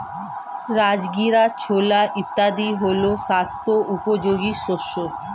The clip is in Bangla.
রাজগীরা, ছোলা ইত্যাদি হল স্বাস্থ্য উপযোগী শস্য